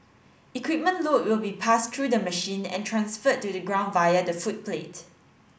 equipment load will be passed through the machine and transferred to the ground via the footplate